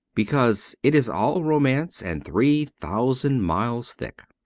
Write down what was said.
because it is all romance, and three thousand miles thick.